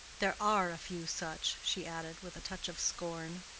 there are a few such, she added, with a touch of scorn.